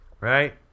right